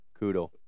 Kudo